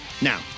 Now